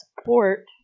support